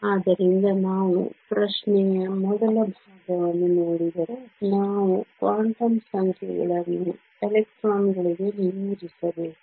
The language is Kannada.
ಆದ್ದರಿಂದ ನಾವು ಪ್ರಶ್ನೆಯ ಮೊದಲ ಭಾಗವನ್ನು ನೋಡಿದರೆ ನಾವು ಕ್ವಾಂಟಮ್ ಸಂಖ್ಯೆಗಳನ್ನು ಎಲೆಕ್ಟ್ರಾನ್ಗಳಿಗೆ ನಿಯೋಜಿಸಬೇಕು